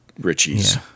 Richie's